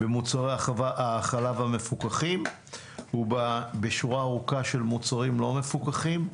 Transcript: במוצרי החלב המפוקחים ובשורה ארוכה של מוצרים לא מפוקחים.